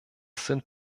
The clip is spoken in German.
sind